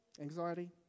anxiety